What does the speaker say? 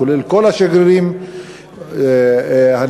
כולל כל השגרירים הנמצאים